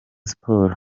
sports